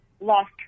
lost